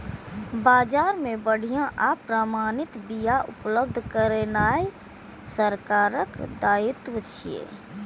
बाजार मे बढ़िया आ प्रमाणित बिया उपलब्ध करेनाय सरकारक दायित्व छियै